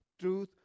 truth